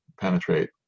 penetrate